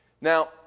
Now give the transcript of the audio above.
Now